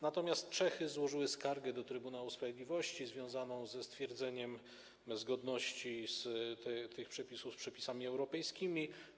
Natomiast Czechy złożyły skargę do Trybunału Sprawiedliwości związaną ze stwierdzeniem zgodności tych przepisów z przepisami europejskimi.